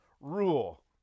rule